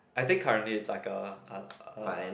I think currently it's like a a uh